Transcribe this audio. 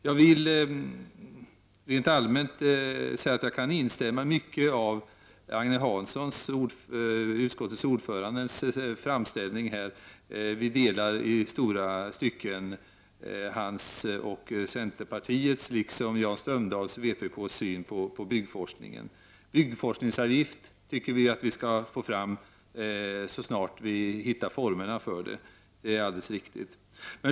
Rent allmänt kan jag säga att jag kan instämma i mycket av Agne Hanssons, utskottets ordförandes, framställning. Vi delar i långa stycken hans och centerpartiets liksom Jan Strömdahls och vänsterpartiets syn på byggforskningen. En byggforskningsavgift tycker vi att vi skall försöka få fram så snart vi hittar formerna för det — det är alldeles riktigt.